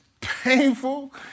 painful